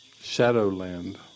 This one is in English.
Shadowland